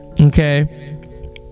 Okay